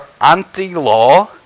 anti-law